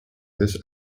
this